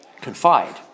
confide